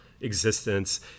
existence